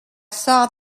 saw